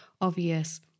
obvious